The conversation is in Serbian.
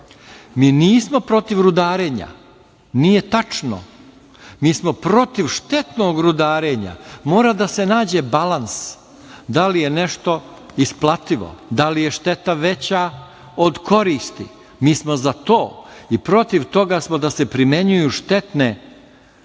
Mi nismo protiv rudarenja, nije tačno, mi smo protiv štetnog rudarenja. Mora da se nađe balans, da li je nešto isplativo, da li je šteta veća od koristi. Mi smo za to i protiv toga smo da se primenjuju štetne metode